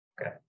Okay